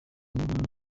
nkuru